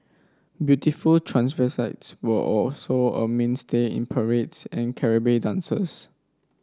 beautiful were also a mainstay in parades and dances